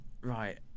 right